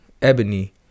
Ebony